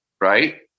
Right